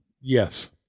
Yes